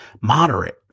moderate